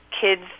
kids